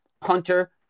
punter